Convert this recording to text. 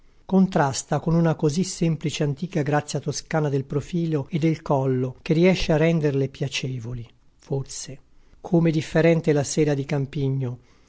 contrasta con una così semplice antica grazia toscana del profilo e del collo che riesce a renderle piacevoli forse come differente la sera di campigno